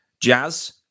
Jazz